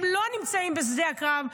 הם לא נמצאים בשדה הקרב,